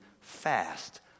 fast